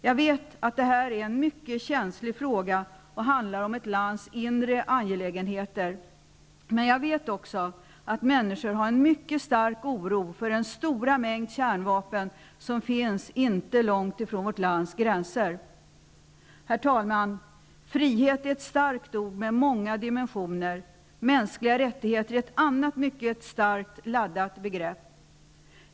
Jag vet att detta är en mycket känslig fråga som handlar om ett lands inre angelägenheter, men jag vet också att människor har en mycket stark oro för den stora mängd kärnvapen som finns inte långt från vårt lands gränser. Herr talman! Frihet är ett starkt ord med många dimensioner. Mänskliga rättigheter är ett annat mycket starkt laddat begrepp.